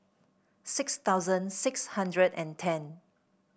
six thousand six hundred and ten